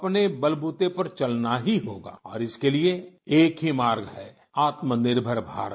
अपने बलबूते पर चलना ही होगा और इसके लिए एक ही मार्ग है आत्मनिर्भर भारत